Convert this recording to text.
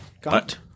got